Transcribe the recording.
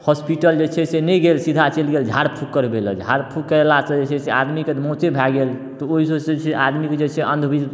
hospital जे छै से नहि गेल सीधा चलि गेल झाड़ फूँक करबै लए झाड़ फूँक कयला सँ जे छै से आदमीके मोचे भऽ गेल तऽ ओहिसँ जे छै से आदमीके जे छै अंध